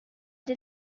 did